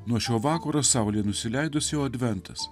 nuo šio vakaro saulė nusileidus jau adventas